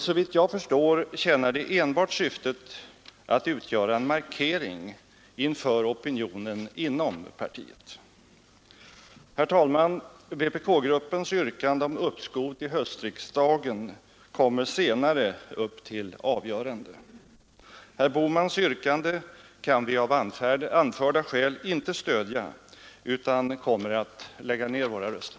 Såvitt jag förstår tjänar det enbart syftet att utgöra en markering inför opinionen inom partiet. Herr talman! Vpk-gruppens yrkande om uppskov till höstriksdagen kommer senare upp till avgörande. Herr Bohmans yrkande kan vi av anförda skäl inte stödja, utan vi kommer att lägga ner våra röster.